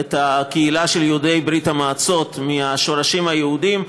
את הקהילה של יהודי ברית המועצות מהשורשים היהודיים,